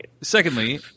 secondly